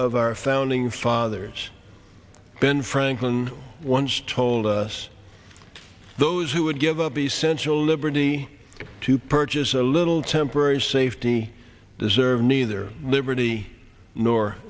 of our founding fathers ben franklin once told us those who would give up essential liberty to purchase a little temporary safety deserve neither liberty nor